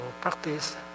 practice